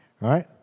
right